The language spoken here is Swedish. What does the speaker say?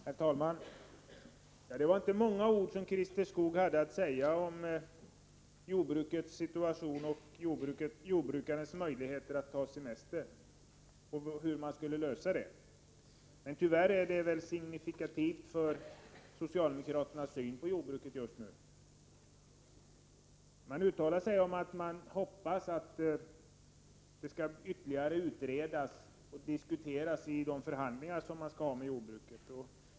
Herr talman! Det var inte många ord som Christer Skoog hade att säga om jordbrukets situation och hur man skall ge jordbrukarna möjlighet att ta semester. Tyvärr är det väl signifikativt för socialdemokraternas syn på jordbruket just nu. Man säger sig hoppas att frågan skall ytterligare utredas och diskuteras i de förhandlingar som man skall ha med jordbruket.